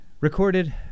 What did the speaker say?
Recorded